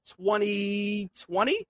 2020